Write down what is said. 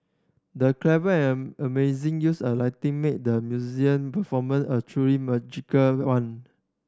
the clever and amazing use of lighting made the performance a truly magical one